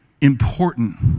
important